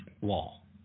wall